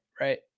right